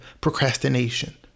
procrastination